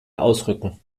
ausrücken